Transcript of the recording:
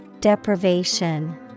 Deprivation